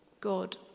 God